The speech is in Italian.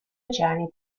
oceani